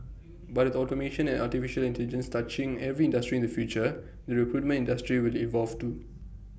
but with automation and Artificial Intelligence touching every industry in the future the recruitment industry will evolve too